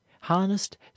harnessed